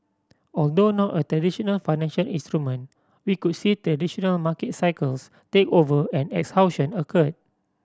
although not a traditional financial instrument we could see traditional market cycles take over and exhaustion occur